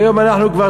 היום אנחנו כבר,